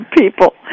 people